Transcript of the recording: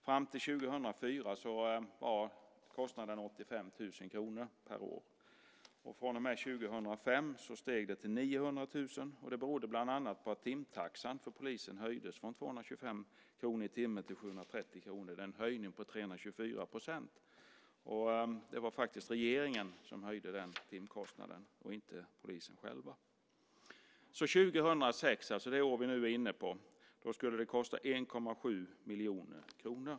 Fram till 2004 var kostnaden 85 000 kr per år. Från och med 2005 steg den till 900 000 kr, och det berodde bland annat på att timtaxan för polisen höjdes från 225 kr i timmen till 730 kr - en höjning på 324 %. Det var regeringen som höjde den timkostnaden, inte polisen själv. År 2006, det år vi nu är inne på, skulle det kosta 1,7 miljoner kronor.